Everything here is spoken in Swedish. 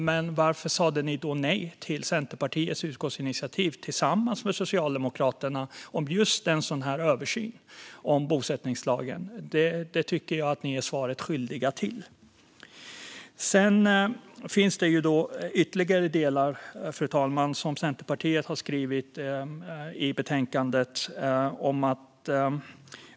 Men varför sa ni nej till Centerpartiets förslag till utskottsinitiativ tillsammans med Socialdemokraterna om just en sådan översyn av bosättningslagen? Där är ni svaret skyldiga. Fru talman! Det finns en ytterligare del i betänkandet från Centerpartiet, nämligen en reservation.